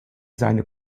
seine